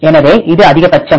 எனவே இது அதிகபட்சம்